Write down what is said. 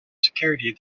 security